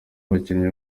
abakinnyi